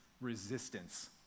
resistance